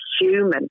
human